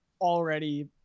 already